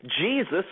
Jesus